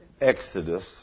Exodus